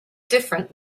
different